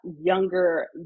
younger